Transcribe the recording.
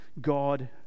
God